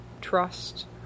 trust